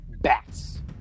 bats